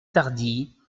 tardy